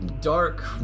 dark